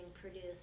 produced